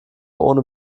ohne